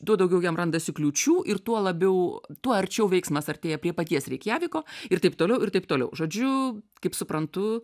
tuo daugiau jam randasi kliūčių ir tuo labiau tuo arčiau veiksmas artėja prie paties reikjaviko ir taip toliau ir taip toliau žodžiu kaip suprantu